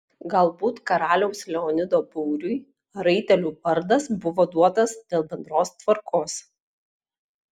galbūt karaliaus leonido būriui raitelių vardas buvo duotas dėl bendros tvarkos